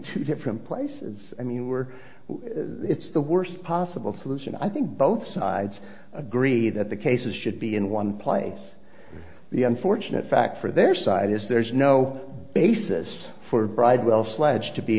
two different places i mean we're it's the worst possible solution i think both sides agree that the cases should be in one place the unfortunate fact for their side is there's no basis for bridewell sledged to be